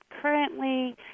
Currently